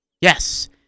Yes